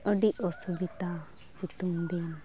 ᱟᱹᱰᱤ ᱚᱥᱩᱵᱤᱛᱟ ᱥᱤᱛᱩᱝ ᱫᱤᱱ